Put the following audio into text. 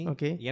Okay